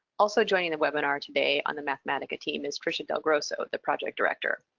also joining the webinar today on the mathematica team is tricia del grosso, the project director.